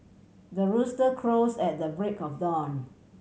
the rooster crows at the break of dawn